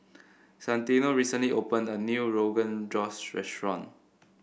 Santino recently opened a new Rogan Josh restaurant